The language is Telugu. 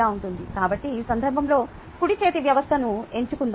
కాబట్టి ఈ సందర్భంలో కుడి చేతి వ్యవస్థను ఎంచుకుందాం